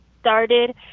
started